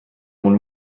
mul